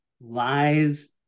lies